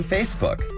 Facebook